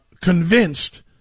convinced